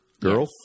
girl